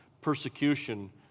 persecution